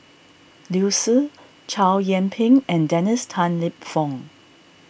Liu Si Chow Yian Ping and Dennis Tan Lip Fong